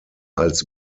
als